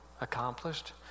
accomplished